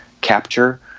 capture